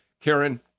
Karen